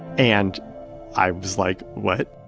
and i was like, what?